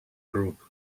group